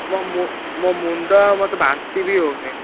ମୋ ମୋ ମୁଣ୍ଡ ମୋତେ ବାନ୍ତି ବି ହେଉଛି